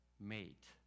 mate